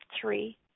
three